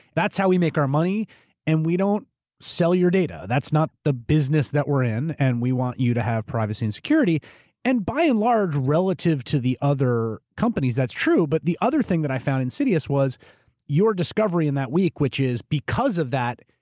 that's how we make our money and we don't sell your data. that's not the business that we're in and we want you to have privacy and security and by in large relative to the other companies, that's true. but the other thing that i found insidious was your discovery in that week, which is because of that,